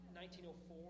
1904